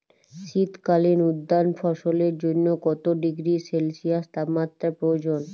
শীত কালীন উদ্যান ফসলের জন্য কত ডিগ্রী সেলসিয়াস তাপমাত্রা প্রয়োজন?